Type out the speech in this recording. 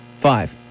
Five